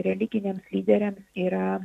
religiniams lyderiams yra